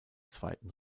zweiten